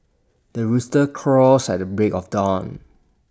the rooster crows at the break of dawn